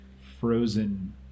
frozen